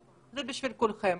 אלא זה בשביל כולכם.